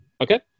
okay